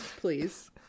please